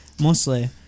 mostly